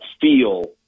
feel